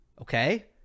Okay